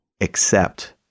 accept